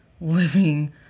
living